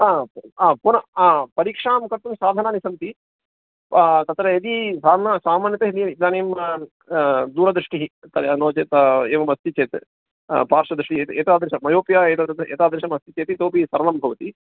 ह पुनः परीक्षां कर्तुं साधनानि सन्ति तत्र यदि सा सामान्यतः इदानीं दूरदृष्टिः तत् नो चेत् एवमस्ति चेत् पार्श्वदृष्टिः एतादृशं मयापि एवम् एतादृशमस्ति चेत् इतोऽपि सर्वं भवति